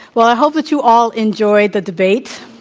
well, i hope that you all enjoyed the debate.